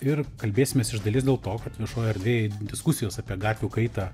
ir kalbėsimės iš dalies dėl to kad viešoj erdvėj diskusijos apie gatvių kaitą